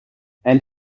and